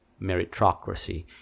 Meritocracy